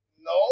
No